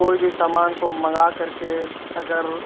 کوئی بھی سامان کو منگا کر کے اگر